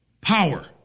power